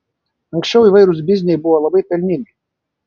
anksčiau įvairūs bizniai buvo labai pelningi